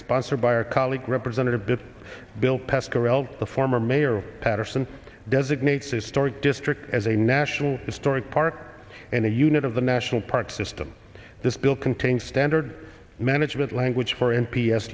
sponsored by our colleague representative bill passed corelle the former mayor paterson designate historic district as a national historic park and a unit of the national park system this bill contains standard management language for m p s